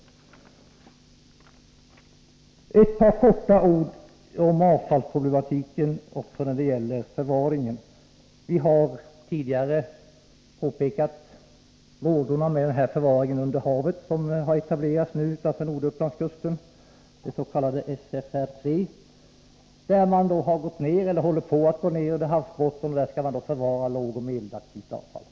Jag vill säga några ord om avfallsproblematiken också när det gäller förvaringen. Vi har tidigare påpekat vådorna med den förvaring under havet som har etablerats utanför norra Upplandskusten, det s.k. SFR 3. Man håller på att gå ner under havsbotten, och där skall man förvara lågoch medelaktivt avfall.